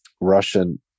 Russian